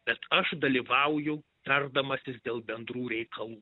bet aš dalyvauju tardamasis dėl bendrų reikalų